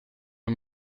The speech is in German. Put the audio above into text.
bei